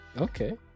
Okay